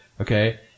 Okay